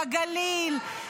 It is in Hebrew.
הגליל,